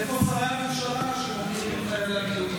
איפה שרי הממשלה, את חיילי המילואים?